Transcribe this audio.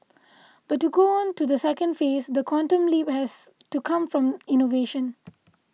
but to go on to the second phase the quantum leap has to come from innovation